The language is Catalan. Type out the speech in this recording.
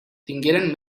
tingueren